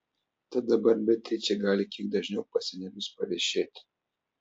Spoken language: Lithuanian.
tad dabar beatričė gali kiek dažniau pas senelius paviešėti